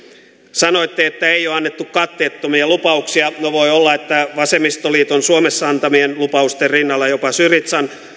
sanoitte että ei ole annettu katteettomia lupauksia no voi olla että vasemmistoliiton suomessa antamien lupausten rinnalla jopa syrizan